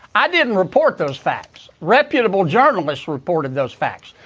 i didn't report those facts. reputable journalists reported those facts.